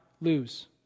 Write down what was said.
lose